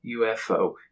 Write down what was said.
UFO